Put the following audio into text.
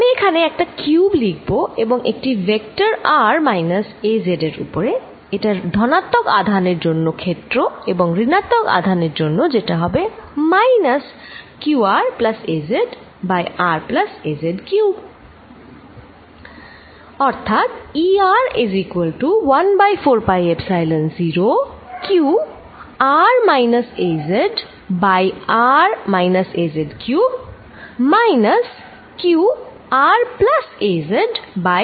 আমি এখানে একটা কিউব লিখব এবং একটি ভেক্টর r মাইনাস az উপরে এটা ধনাত্মক আধান এর জন্য ক্ষেত্র এবং ঋণাত্মক আধানের জন্য যেটা হবে minus q r plus az by r plus az cubed